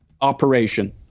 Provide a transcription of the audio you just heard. operation